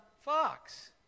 Fox